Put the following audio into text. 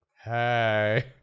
Hey